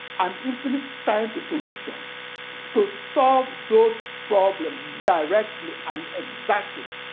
um infinite time-to-solution to solve those problems directly and exactly.